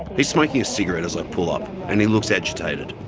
he's smoking a cigarette as i pull up and he looks agitated.